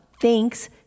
Thanks